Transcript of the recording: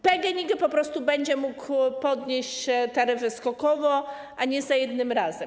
PGNiG po prostu będzie mógł podnieść taryfy skokowo, a nie za jednym razem.